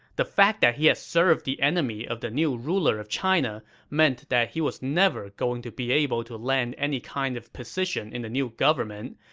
the fact that he had served the enemy of the new ruler of china meant he was never going to be able to land any kind of position in the new government,